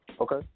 okay